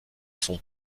sont